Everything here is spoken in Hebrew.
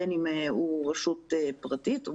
בין אם הוא רשות פרטית,